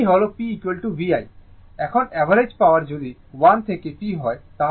এখন average power যদি 1 থেকে T হয় তাহলে এটি 0 হবে